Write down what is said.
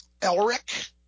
Elric